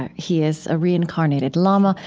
ah he is a reincarnated lama.